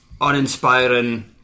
Uninspiring